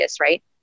right